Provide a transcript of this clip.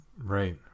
Right